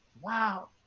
wow